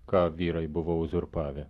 ką vyrai buvo uzurpavę